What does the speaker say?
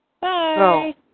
Bye